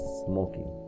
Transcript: smoking